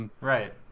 Right